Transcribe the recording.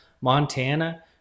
Montana